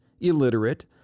illiterate